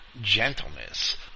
gentleness